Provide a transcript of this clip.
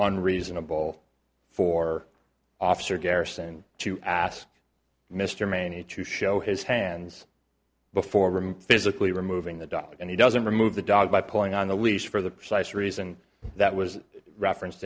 on reasonable for officer garrisoned to ask mr may need to show his hands before physically removing the dog and he doesn't remove the dog by pulling on the least for the precise reason that was reference